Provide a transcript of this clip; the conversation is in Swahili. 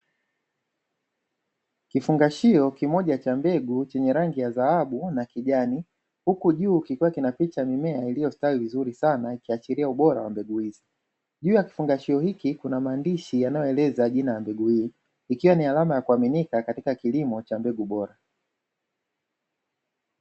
Kifungashio kimoja cha mbegu chenye rangi ya dhahabu na kijani, huku juu kikiwa kina picha ya mimea iliyostawi vizuri sana, kuashiria ubora wa mbegu hizo. Juu ya kifungashio hiki, kuna maandishi yanaeleza jina la mbegu hii, ikiwa ni alama ya kuaminika katika kilimo cha mbegu bora.